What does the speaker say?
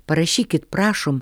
parašykit prašom